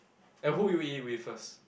and who you eat with first